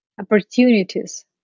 opportunities